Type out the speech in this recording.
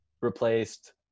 Replaced